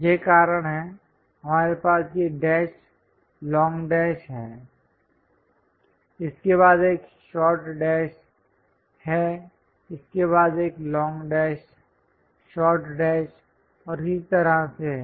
यह कारण है हमारे पास ये डैश लॉन्ग डैश हैं इसके बाद एक शॉर्ट डैश है इसके बाद एक लॉन्ग डैश शॉर्ट डैश और इसी तरह से है